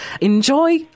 enjoy